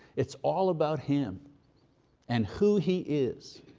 it's all about him and who he is.